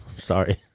Sorry